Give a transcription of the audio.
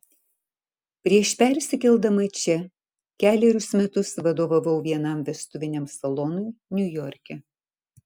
prieš persikeldama čia kelerius metus vadovavau vienam vestuviniam salonui niujorke